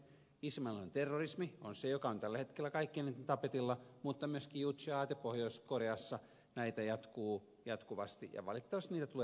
islamilainen terrorismi on se joka on tällä hetkellä kaikkein eniten tapetilla mutta myöskin juche aate pohjois koreassa jatkuu ja valitettavasti näitä tulee aina uusia